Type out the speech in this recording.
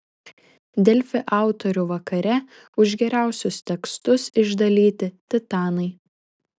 delfi autorių vakare už geriausius tekstus išdalyti titanai